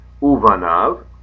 uvanav